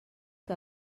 que